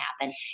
happen